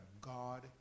God